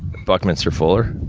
buckminster fuller.